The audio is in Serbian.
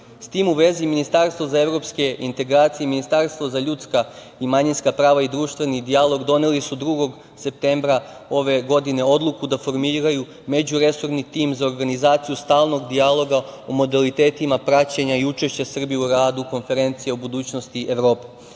S tim u vezi Ministarstvo za evropske integracije i Ministarstvo za ljudska i manjinska prava i društveni dijalog doneli su 2. septembra ove godine odluku da formiraju međuresorni tim za organizaciju stalnog dijaloga o modalitetima praćenja i učešća Srbije u radu konferencije o budućnosti Evrope. Iako